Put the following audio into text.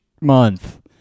Month